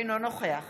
אינו נוכח